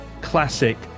classic